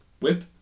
Whip